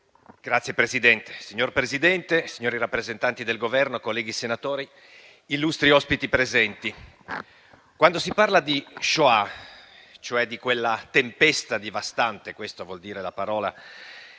MALAN *(FdI)*. Signor Presidente, signori rappresentanti del Governo, colleghi senatori, illustri ospiti presenti, quando si parla di Shoah, e cioè di quella tempesta devastante - questo vuol dire la parola